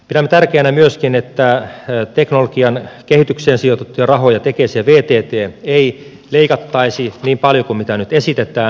pidämme tärkeänä myöskin että teknologian kehitykseen sijoitettuja rahoja tekesin ja vttn ei leikattaisi niin paljon kuin mitä nyt esitetään